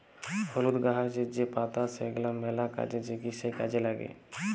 হলুদ গাহাচের যে পাতা সেগলা ম্যালা কাজে, চিকিৎসায় কাজে ল্যাগে